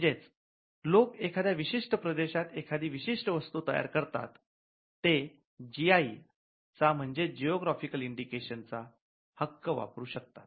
म्हणजेच जे लोकं एखाद्या विशिष्ट प्रदेशात एखादी विशिष्ट वस्तू तयार करतात ते जी आई चा म्हणजेच जिओग्राफिकल इंडिकेशन चा हक्क वापरू शकतात